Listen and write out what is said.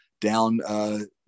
down